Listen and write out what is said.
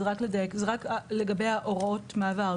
לגבי הוראות המעבר.